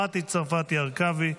מטי צרפתי הרכבי,